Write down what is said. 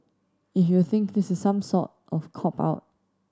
if you think this is some sort of cop out